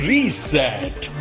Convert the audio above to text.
Reset